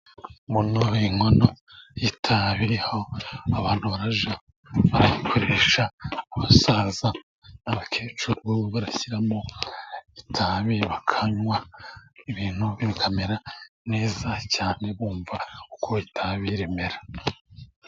Mu nkono y'itabi aho abantu bajya bayikoresha, abasaza n'abakecuru bo bashyiramo itabi bakanwa, ibintu bikamera neza cyane bumva uko itabi rimera.